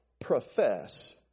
profess